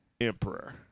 Emperor